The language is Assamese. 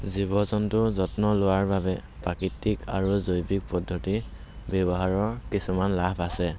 জীৱ জন্তুৰ যত্ন লোৱাৰ বাবে প্ৰাকৃতিক আৰু জৈৱিক পদ্ধতি ব্যৱহাৰৰ কিছুমান লাভ আছে